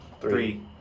Three